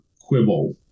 quibble